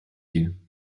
you